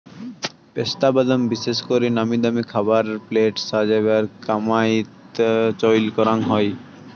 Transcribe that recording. পেস্তা বাদাম বিশেষ করি নামিদামি খাবার প্লেট সাজেবার কামাইয়ত চইল করাং হই